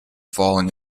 falling